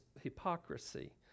hypocrisy